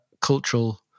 cultural